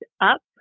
up